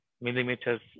millimeters